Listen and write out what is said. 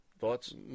Thoughts